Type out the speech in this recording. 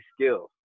skills